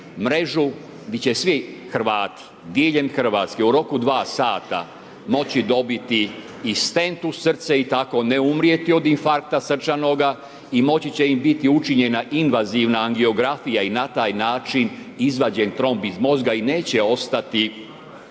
mrežu gdje će svi Hrvati diljem Hrvatske u roku 2 sata moći dobiti i stent u srce i tako ne umrijeti od infarkta srčanoga i moći će im biti učinjena invazivna angiografija i na taj način izvađen tromb iz mozga i neće ostati